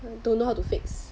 I don't know how to fix